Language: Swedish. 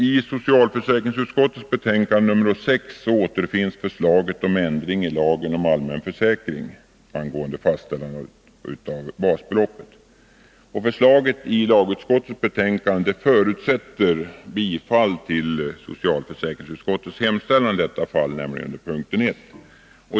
I socialförsäkringsutskottets betänkande nr 6 återfinns förslaget om ändring i lagen om allmän försäkring angående fastställande av basbeloppet. Förslaget i lagutskottets betänkande nr 13 förutsätter bifall till socialförsäkringsutskottets hemställan i detta fall, nämligen punkten 1.